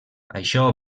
això